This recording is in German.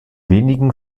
wenigen